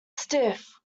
stiff